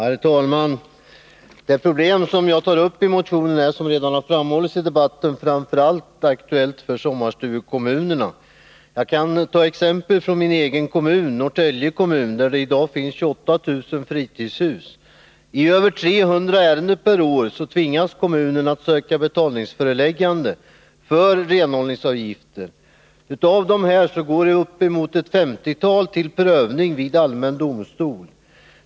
Herr talman! Det problem jag tar upp i motionen är, som redan har framhållits i debatten, framför allt aktuellt för sommarstugekommunerna. Jag kan ta exempel från min egen kommun, Norrtälje kommun, där det i dag finns 28 000 fritidshus. I över 300 ärenden per år tvingas kommunen att söka betalningsföreläggande för renhållningsavgifter. Av dessa går uppemot ett femtiotal till prövning vid allmän domstol.